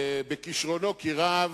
בכשרונו כי רב,